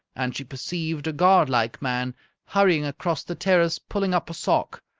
and she perceived a godlike man hurrying across the terrace pulling up a sock.